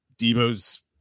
Debo's